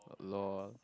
lol